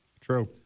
True